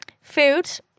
Food